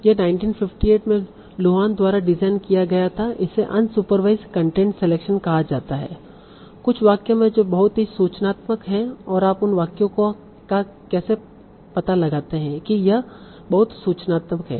यह 1958 में लुहान द्वारा डिजाइन किया गया था इसे अनसुपरवाईसड कंटेंट सिलेक्शन कहा जाता है कुछ वाक्य हैं जो बहुत ही सूचनात्मक हैं और आप उन वाक्यों का कैसे पता लगाते हैं की यह बहुत सूचनात्मक हैं